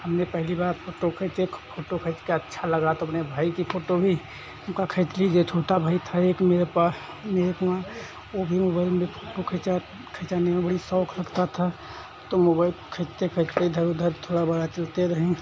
हमने पहली बार फ़ोटो खींचा फ़ोटो खींचकर अच्छा लगा तो अपने भाई की फ़ोटो भी हम खा खींच लिए छोटा भाई था एक मेरे पास यह अपना वह भी मोबाइल खींचा खिंचाने में बड़ी शौक़ रखता था तो मोबाइल खींचते खींचते इधर उधर थोड़ा मोड़ा खींचते रहे